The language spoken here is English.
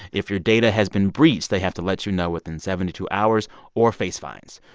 if your data has been breached, they have to let you know within seventy two hours or face fines.